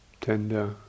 Tender